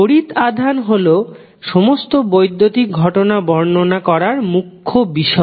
তড়িৎ আধান হল সমস্ত বৈদ্যুতিক ঘটনা বর্ণনা করার মুখ্য বিষয়